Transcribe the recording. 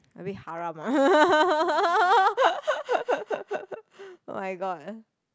a bit haram ah [oh]-my-god